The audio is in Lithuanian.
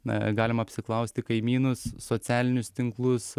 na galima apsiklausti kaimynus socialinius tinklus